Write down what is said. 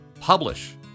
publish